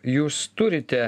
jūs turite